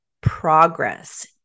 progress